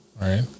right